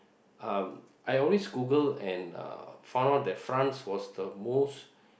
uh I always Google and uh found out that France was the most